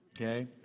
Okay